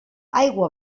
aigua